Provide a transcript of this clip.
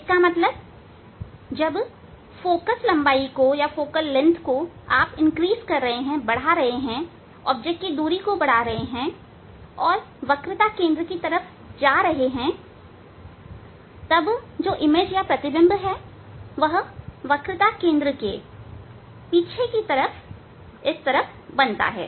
इसका मतलब है जब फोकल लंबाई को आप बढ़ा रहे हैं वस्तु की दूरी को बढ़ा रहे हैं और वक्रता केंद्र की तरफ जा रहे हैं तब प्रतिबिंब वक्रता केंद्र के पीछे की तरफ बनता है